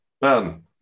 Ben